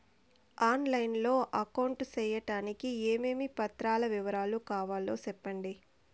On line లో account సేయడానికి ఏమేమి పత్రాల వివరాలు కావాలో సెప్పండి?